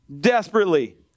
desperately